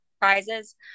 prizes